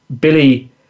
Billy